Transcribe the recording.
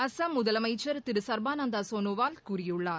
அஸ்ஸாம் முதலமைச்சர் திரு சர்பானந்தா சோனோவால் கூறியுள்ளார்